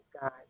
God